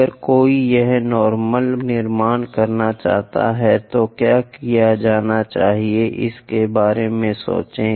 अगर कोई यहां नार्मल निर्माण करना चाहेगा तो क्या किया जाना चाहिए इसके बारे में सोचें